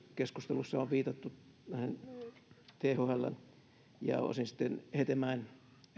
keskustelussa on viitattu tähän thln ja osin hetemäen